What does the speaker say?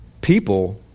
people